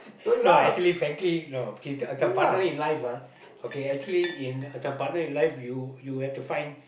no actually frankly no okay some as the partner in life ah okay actually in as the partner in life you you have to find